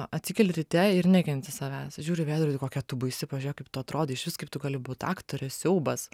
atsikeli ryte ir nekenti savęs žiūri į veidrodį kokia tu baisi pažiūrėk kaip tu atrodai išvis kaip tu gali būt aktorė siaubas